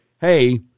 hey